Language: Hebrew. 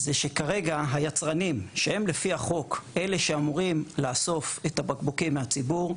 זה שכרגע היצרנים שהם לפי החוק אלה שאמורים לאסוף את הבקבוקים לציבור,